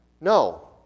No